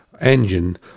engine